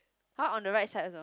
!huh! on the right side also